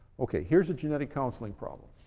okay, here's a genetic counseling problem,